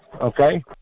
okay